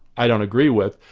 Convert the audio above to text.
i don't agree with,